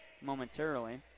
momentarily